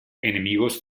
enemigos